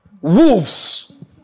wolves